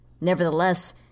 Nevertheless